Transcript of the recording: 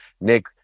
nick